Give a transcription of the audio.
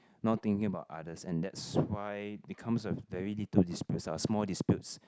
now thinking about others and that's why becomes a very little dispute ah small dispute